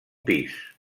pis